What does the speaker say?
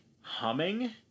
humming